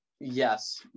yes